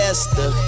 Esther